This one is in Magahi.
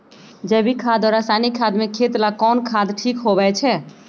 जैविक खाद और रासायनिक खाद में खेत ला कौन खाद ठीक होवैछे?